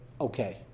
okay